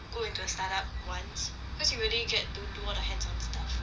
go with the start-up once because you really get to know the hands-on stuff